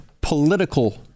political